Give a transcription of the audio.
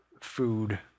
food